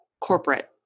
corporate